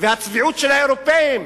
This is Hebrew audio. והצביעות של האירופים.